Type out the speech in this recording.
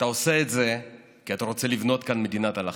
אתה עושה את זה כי אתה רוצה לבנות כאן מדינת הלכה,